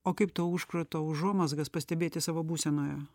o kaip to užkrato užuomazgas pastebėti savo būsenoje